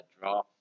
draw